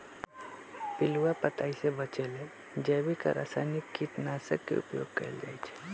पिलुआ पताइ से बचे लेल जैविक आ रसायनिक कीटनाशक के उपयोग कएल जाइ छै